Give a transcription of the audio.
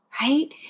Right